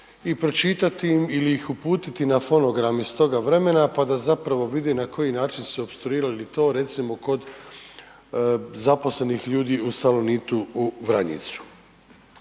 i pročitati im ili ih uputiti na fonogram iz toga vremena pa da zapravo vide na koji način su zapravo opstruirali to recimo kod zaposlenih ljudi u Salonitu u Vranjicu.